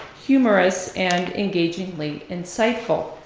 humorous, and engagingly insightful.